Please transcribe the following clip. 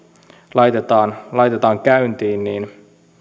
laitetaan laitetaan käyntiin